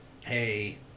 hey